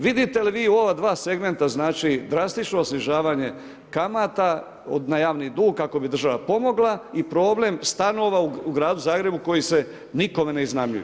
Vidite li vi u ova dva segmenta znači drastično snižavanje kamata na javni dug kako bi država pomogla i problem stanova u gradu Zagrebu koji se nikome ne iznajmljuju?